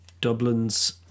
Dublin's